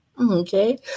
Okay